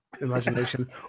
imagination